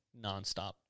nonstop